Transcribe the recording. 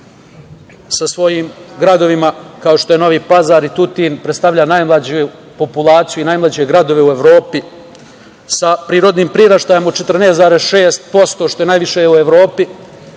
sa svojim gradovima kao što je Novi Pazar i Tutin, predstavlja najmlađu populaciju i najmlađe gradove u Evropi sa prirodnim priraštajem od 14,6% što je najviše u Evropi